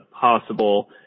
possible